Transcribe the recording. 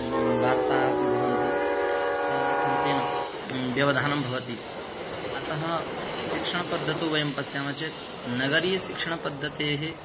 वार्ता अपि भवन्ति तदर्थं तेन व्यवधानं भवति अतः शिक्षणपद्धतौ वयं पश्यामः चेत् नगरीय शिक्षणपद्धतेः